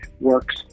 works